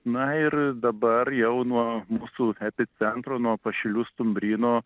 na ir dabar jau nuo mūsų epicentro nuo pašilių stumbryno